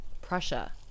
Prussia